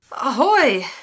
Ahoy